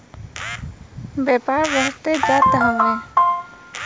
व्यापार बढ़ते जात हउवे